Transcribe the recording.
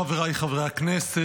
חבריי חברי הכנסת,